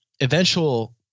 eventual